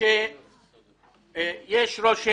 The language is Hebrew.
ישראל